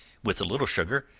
with a little sugar,